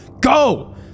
Go